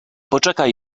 poczekaj